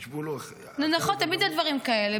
חישבו לו --- נו, נכון, תמיד זה דברים כאלה.